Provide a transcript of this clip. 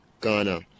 Ghana